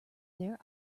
their